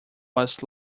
was